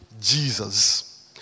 Jesus